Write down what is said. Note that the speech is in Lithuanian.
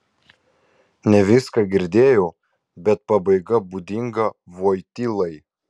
ne viską girdėjau bet pabaiga būdinga voitylai